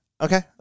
Okay